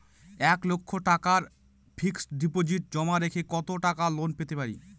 এক লক্ষ টাকার ফিক্সড ডিপোজিট জমা রেখে কত টাকা লোন পেতে পারি?